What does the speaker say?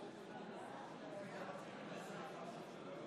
רבותיי, להלן תוצאות ההצבעה: